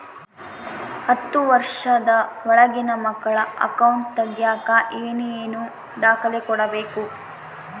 ಹತ್ತುವಷ೯ದ ಒಳಗಿನ ಮಕ್ಕಳ ಅಕೌಂಟ್ ತಗಿಯಾಕ ಏನೇನು ದಾಖಲೆ ಕೊಡಬೇಕು?